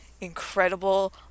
incredible